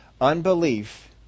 Unbelief